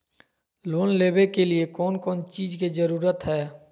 Loan लेबे के लिए कौन कौन चीज के जरूरत है?